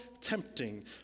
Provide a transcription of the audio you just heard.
tempting